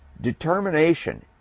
determination